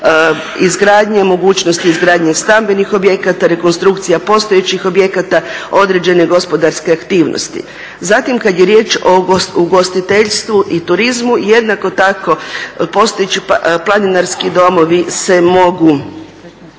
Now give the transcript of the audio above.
izgradnje, mogućnosti izgradnje stambenih objekata, rekonstrukcija postojećih objekata, određene gospodarske aktivnost. Zatim kad je riječ o ugostiteljstvu i turizma, jednako tako postojeći planinarski domovi se mogu